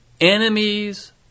enemies